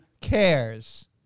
cares